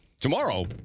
Tomorrow